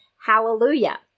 Hallelujah